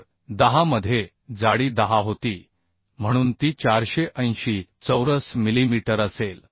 तर 10 मध्ये जाडी 10 होती म्हणून ती 480 चौरस मिलीमीटर असेल